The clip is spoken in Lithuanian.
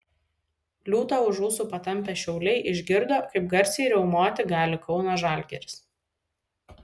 liūtą už ūsų patampę šiauliai išgirdo kaip garsiai riaumoti gali kauno žalgiris